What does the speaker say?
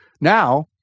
Now